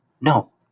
no